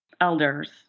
elders